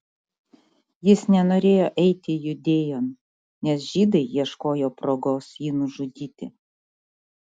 jis nenorėjo eiti judėjon nes žydai ieškojo progos jį nužudyti